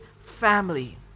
family